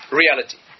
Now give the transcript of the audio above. reality